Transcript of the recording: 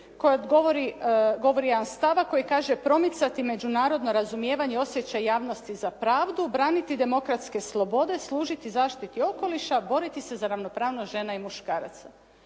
koji govori jedan stavak koji kaže, promicati međunarodno razumijevanje i osjećaj javnosti za pravdu, braniti demokratske slobode, služiti zaštiti okoliša, boriti se za ravnopravnost žena i muškaraca.